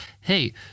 hey